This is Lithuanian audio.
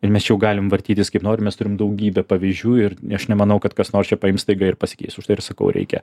ir mes jau galim vartytis kaip nori mes turim daugybę pavyzdžių ir aš nemanau kad kas nors čia paims staiga ir pasikeis už tai ir sakau reikia